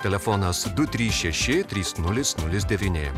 telefonas du trys šeši trys nulis nulis devyni